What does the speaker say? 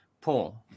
Paul